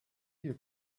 you